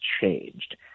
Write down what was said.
changed